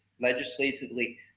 legislatively